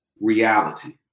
reality